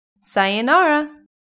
Sayonara